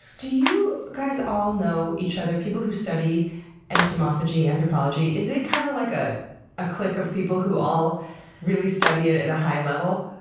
do you guys all know each other, people who study entomophagy entomophagy anthropology? is it kind of like ah a clique of people who all really study it at a high level?